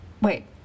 Wait